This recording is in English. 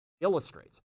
illustrates